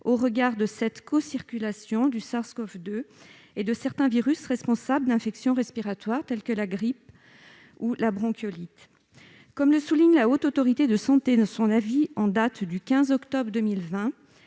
au regard de la cocirculation du SARS-CoV-2 et de certains virus responsables d'infections respiratoires, tels que la grippe et la bronchiolite. Comme le souligne la Haute Autorité de santé dans son avis en date du 15 octobre 2020,